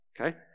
Okay